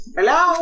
Hello